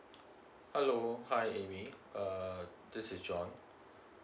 hello hi amy uh this is john